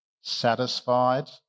satisfied